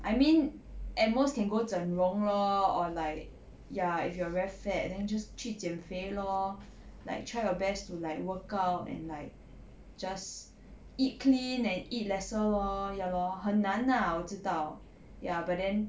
I mean at most can go 整容 lor or like ya if you are very fat then just 去减肥 lor like try your best to like workout and like just eat clean and eat lesser lor ya lor 很难 lah 我知道 ya but then